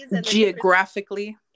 Geographically